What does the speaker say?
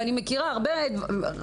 אני מכירה חטיבות,